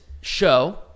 show